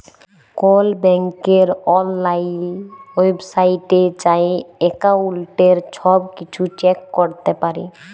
call ব্যাংকের অললাইল ওয়েবসাইটে যাঁয়ে এক্কাউল্টের ছব কিছু চ্যাক ক্যরতে পারি